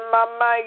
Mama